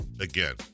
again